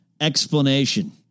explanation